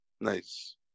nice